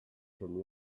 from